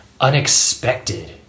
unexpected